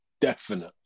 definite